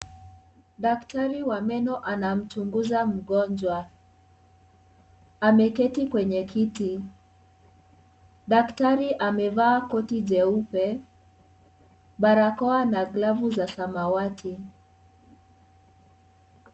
Daktari wa meno anamchunguza mgonjwa. Ameketi kwenye kiti. Daktari amevaa koti jeupe, barakoa na glovu za samawati.